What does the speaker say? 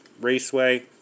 Raceway